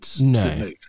No